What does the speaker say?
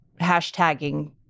hashtagging